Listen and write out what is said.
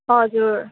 हजुर